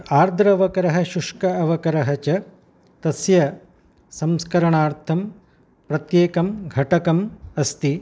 आर्द्र अवकरः शुष्क अवकरः च तस्य संस्करणार्थं प्रत्येकं घटकम् अस्ति